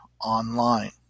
online